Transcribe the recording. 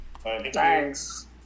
Thanks